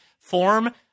form